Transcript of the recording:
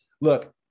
look